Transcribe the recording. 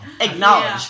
Acknowledge